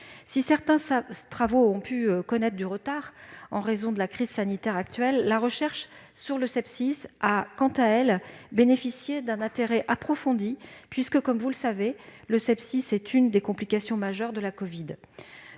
Si certains travaux ont pu connaître du retard en raison de la crise sanitaire actuelle, la recherche sur le sepsis a, quant à elle, bénéficié d'un intérêt approfondi, puisque, comme vous le savez, cette maladie est l'une des complications majeures de la covid-19.